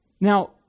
Now